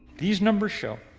these numbers show,